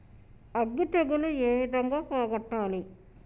అగ్గి తెగులు ఏ విధంగా పోగొట్టాలి?